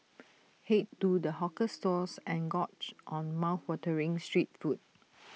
Head to the hawker stalls and gorge on mouthwatering street food